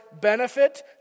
benefit